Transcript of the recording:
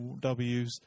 Ws